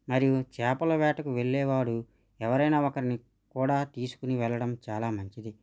మరియు చేపల వేటకు వెళ్ళే వాడు ఎవరైనా ఒకరిని కూడా తీసుకుని వెళ్ళడం చాలా మంచిది